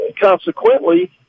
consequently